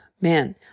man